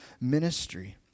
ministry